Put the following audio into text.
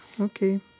Okay